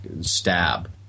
stab